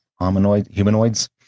humanoids